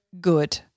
good